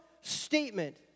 statement